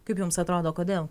kaip jums atrodo kodėl